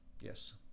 Yes